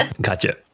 Gotcha